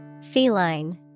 Feline